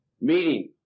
Meeting